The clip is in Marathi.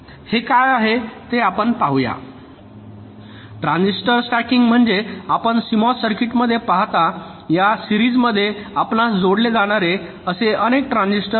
हे काय ते आपण पाहू या ट्रान्झिस्टर स्टॅकिंग म्हणजे आपण सीएमओएस सर्किटमध्ये पाहता या सिरीज मध्ये आपणास जोडले जाणारे असे अनेक ट्रान्झिस्टर आहेत